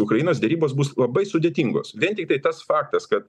ukrainos derybos bus labai sudėtingos vien tiktai tas faktas kad